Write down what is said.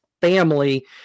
family